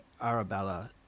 Arabella